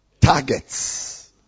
targets